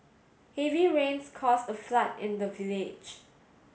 heavy rains caused a flood in the village